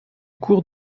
cours